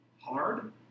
hard